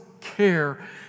care